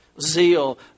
zeal